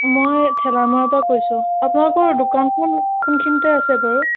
মই ঠেলামৰাৰ পৰা কৈছোঁ আপোনালোকৰ দোকানখন কোনখিনিতে আছে বাৰু